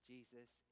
Jesus